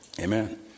amen